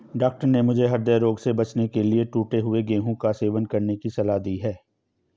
doctor ने मुझे हृदय रोग से बचने के लिए टूटे हुए गेहूं का सेवन करने की सलाह दी है